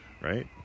right